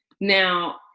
Now